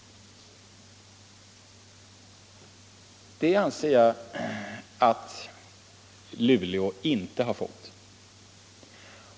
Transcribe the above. Det anser jag att Luleå inte har fått.